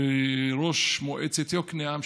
וראש מועצת יקנעם,